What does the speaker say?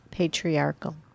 patriarchal